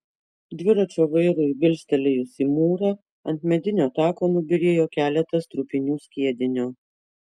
dviračio vairui bilstelėjus į mūrą ant medinio tako nubyrėjo keletas trupinių skiedinio